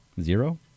Zero